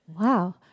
Wow